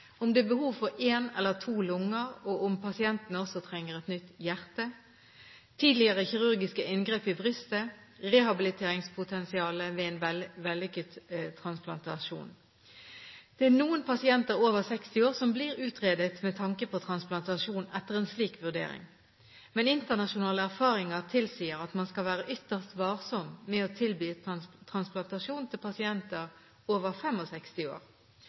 om det er behov for en eller to lunger, og om pasienten også trenger et nytt hjerte tidligere kirurgiske inngrep i brystet rehabiliteringspotensialet ved en vellykket transplantasjon Det er noen pasienter over 60 år som blir utredet med tanke på transplantasjon etter en slik vurdering, men internasjonale erfaringer tilsier at man skal være ytterst varsom med å tilby transplantasjon til pasienter over 65 år.